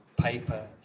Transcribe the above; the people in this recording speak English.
paper